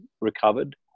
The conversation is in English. recovered